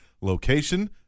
location